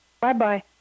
Bye-bye